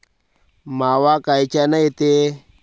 मावा कायच्यानं येते?